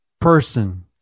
person